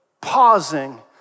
pausing